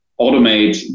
Automate